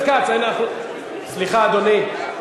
אדוני,